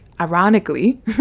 ironically